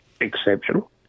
exceptional